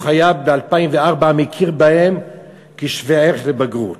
ב-2004 משרד החינוך הכיר בהם כשווה ערך לבגרות.